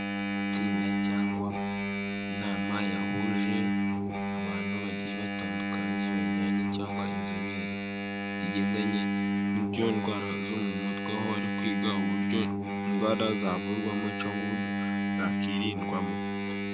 Itsinda cyangwa inama yahuje abantu bagiye batandukanye, bajyanye cyangwa inzobere zigendanye n'ibyo indwara zo mu mutwe, aho bari kwiga uburyo indwara zavurwamo cyangwa uburyo zakwirindwamo.